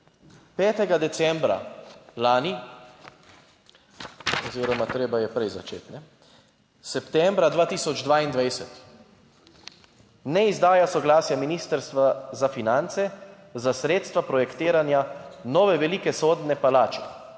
5. decembra lani oziroma treba je prej začeti, septembra 2022, ne izdaja soglasja Ministrstva za finance za sredstva projektiranja nove velike sodne palače